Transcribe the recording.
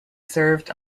served